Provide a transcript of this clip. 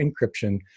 encryption